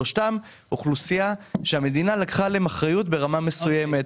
שלושתם אוכלוסייה שהמדינה לקחה עליהם אחריות ברמה מסוימת.